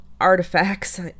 artifacts